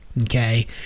okay